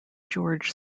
george